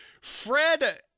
Fred